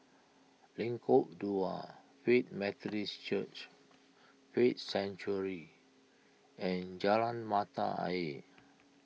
Lengkok Dua Faith Methodist Church Faith Sanctuary and Jalan Mata Ayer